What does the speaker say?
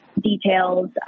details